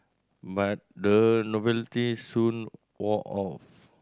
but the novelty soon wore off